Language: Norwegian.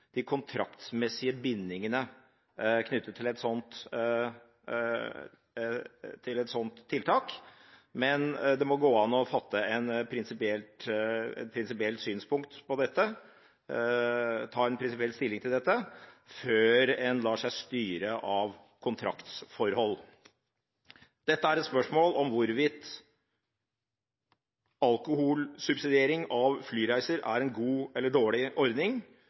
de kontraktsmessige bindingene knyttet til et sånt tiltak. Men det må gå an å ta en prinsipiell stilling til dette før en lar seg styre av kontraktsforhold. Dette er et spørsmål om hvorvidt alkoholsubsidiering av flyreiser er en god eller dårlig ordning,